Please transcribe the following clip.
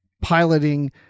piloting